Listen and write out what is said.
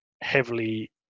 heavily